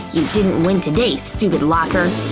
you didn't win today, stupid locker!